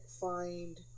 find